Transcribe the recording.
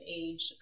age